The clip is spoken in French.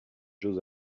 jeux